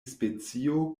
specio